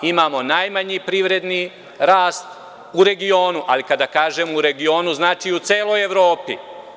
Imamo najmanji privredni rast u regionu, ali kada kažem – u regionu, znači u celoj Evropi.